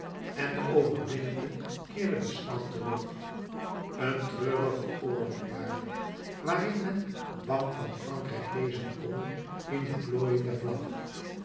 en de overwinnende keerde beschaamd terug een treurige oorlog waarlijk waarin men bank van frankrijk lezen kon in de plooien der vlag